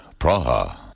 Praha